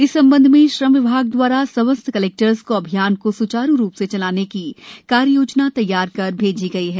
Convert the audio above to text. इस संबंध में श्रम विभाग दवारा समस्त कलेक्टर्स को अभियान को सुचारू रूप से चलाने की कार्ययोजना तैयार कर भेजी है